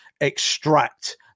extract